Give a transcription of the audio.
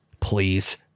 Please